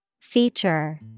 Feature